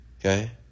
Okay